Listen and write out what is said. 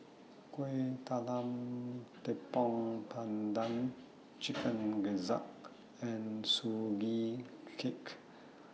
Kuih Talam Tepong Pandan Chicken Gizzard and Sugee Cake